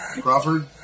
Crawford